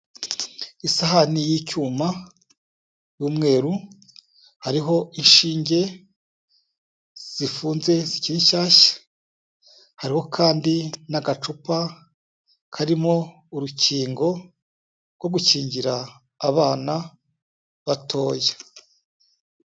Isahani y'icyuma y'umweru, hariho inshinge zifunze zikiri nshyashya hariho kandi n'agacupa karimo urukingo rwo gukingira abana batoya.